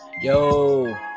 Yo